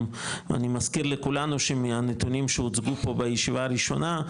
גם מזכיר לכולנו שמהנתונים שהוצגו פה בישיבה הראשונה,